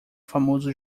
famoso